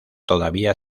todavía